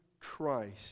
Christ